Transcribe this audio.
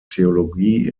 theologie